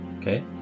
Okay